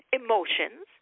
emotions